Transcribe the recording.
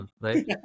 right